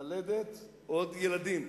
ללדת עוד ילדים.